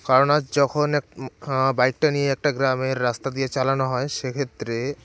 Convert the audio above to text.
কারণ আজ যখন বাইকটা নিয়ে একটা গ্রামের রাস্তা দিয়ে চালানো হয় সেক্ষেত্রে